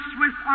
Swiss